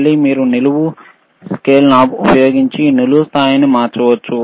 మళ్ళీ మీరు నిలువు స్కేల్ నాబ్ ఉపయోగించి నిలువు స్థాయిని మార్చవచ్చు